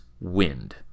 wind